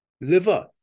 liver